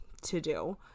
to-do